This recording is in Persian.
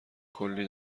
کلی